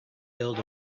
build